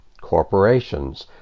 corporations